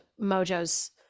Mojo's